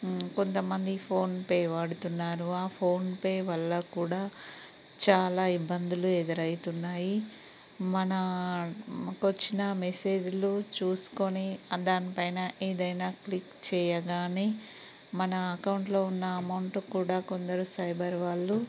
కొంతమంది PhonePe వాడుతున్నారు ఆ ఫోన్ పే వల్ల కూడా చాలా ఇబ్బందులు ఎదురవుతున్నాయి మన మనకొచ్చిన మెసేజ్లు చూసుకొని దానిపైన ఏదైనా క్లిక్ చేయగానే మన అకౌంట్లో ఉన్న అమౌంట్ కూడా కొందరు సైబర్ వాళ్ళు